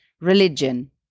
religion